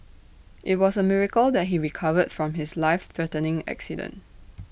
IT was A miracle that he recovered from his life threatening accident